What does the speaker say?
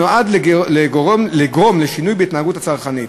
שנועד לגרום לשינוי בהתנהגות הצרכנית.